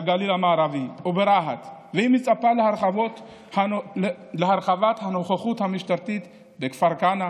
בגליל המערבי וברהט והיא מצפה להרחבת הנוכחות המשטרתית בכפר כנא,